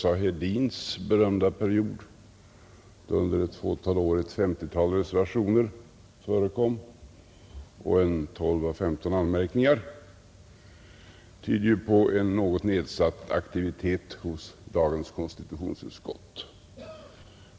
A. Hedins berömda period, då under ett fåtal år ett 5S0-tal reservationer och 12 å 15 anmärkningar förekom, tyder ju på en något nedsatt aktivitet hos dagens konstitutionsutskott.